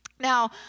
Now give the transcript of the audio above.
Now